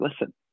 listen